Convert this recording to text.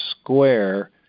square